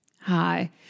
Hi